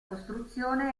costruzione